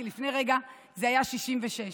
כי לפני רגע זה היה 66%